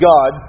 God